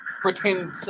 pretend